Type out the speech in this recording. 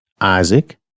Isaac